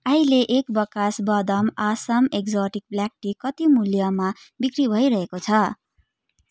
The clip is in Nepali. अहिले एक बाकस वाहदाम असम एक्जटिक ब्ल्याक टी कति मूल्यमा बिक्री भइरहेको छ